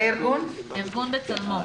מי שמייצג את "בצלמו".